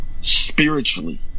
spiritually